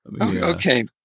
Okay